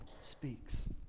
speaks